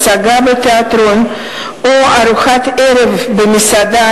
הן נתונים של הלשכה המרכזית לסטטיסטיקה והן נתונים של המוסד לביטוח